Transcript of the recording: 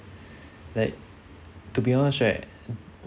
like to be honest right